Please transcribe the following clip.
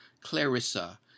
Clarissa